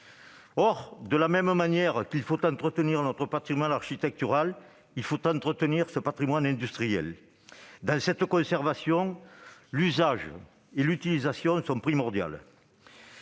? De la même manière qu'il faut entretenir notre patrimoine architectural, il faut entretenir ce patrimoine industriel. Dans cette conservation, l'usage et l'utilisation sont primordiaux.